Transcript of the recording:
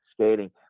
skating